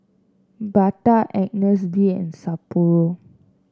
Bata Agnes B and Sapporo